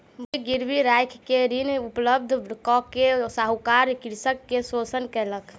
भूमि गिरवी राइख के ऋण उपलब्ध कय के साहूकार कृषक के शोषण केलक